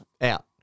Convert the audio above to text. Out